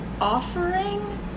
offering